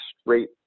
straight